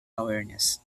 awareness